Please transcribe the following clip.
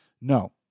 No